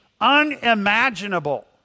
unimaginable